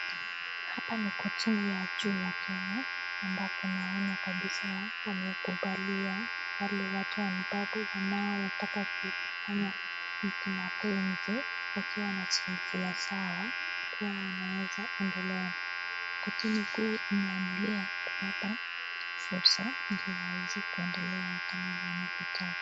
Hapa ni kotini ya juu ya Kenya ambapo naona kabisa wamekubalilia wale watu ambao wanataka kufanya mapenzi wakiwa na jinsia ya sawa kuwa wanaweza endelea. Kotini kuu imeamulia kuwa wapewa fursa ili waweze kuendelea kama wanavyotaka.